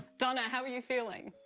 donna, how are you feeling?